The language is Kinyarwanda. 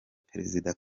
perezida